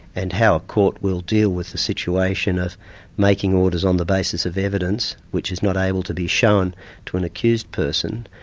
and how a court will deal with the situation of making orders on the basis of evidence which is not able to be shown to an accused person,